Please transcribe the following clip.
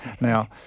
Now